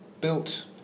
built